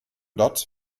dort